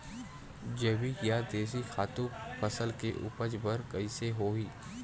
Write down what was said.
जैविक या देशी खातु फसल के उपज बर कइसे होहय?